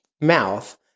mouth –